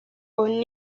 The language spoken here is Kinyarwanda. onu